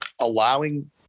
allowing